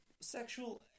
Sexual